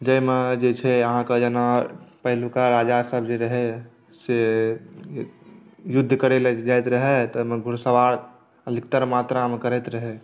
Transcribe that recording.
जाहिमे जे छै अहाँके जेना पहिलुका राजासभ जे रहै से युद्ध करै लए जे जाइत रहै ताहिमे घुड़सवार अधिकतर मात्रामे करैत रहै